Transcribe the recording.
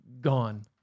gone